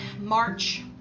March